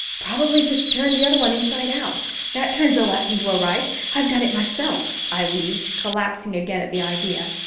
probably just turned the other one inside out that turns a left into a right i've done it myself, i wheezed, collapsing again at the idea.